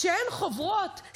שאין חוברות?